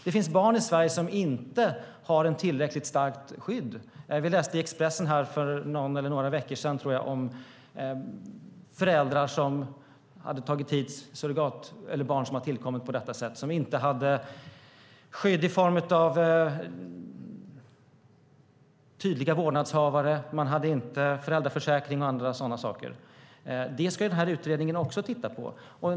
Det finns barn i Sverige som inte har tillräckligt starkt skydd. Vi läste i Expressen för någon eller några veckor sedan om föräldrar som hade tagit hit barn som hade tillkommit på detta sätt som inte hade skydd i form av tydliga vårdnadshavare, inte hade föräldraförsäkring och annat. Även det ska utredningen titta på.